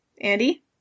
andy